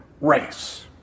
race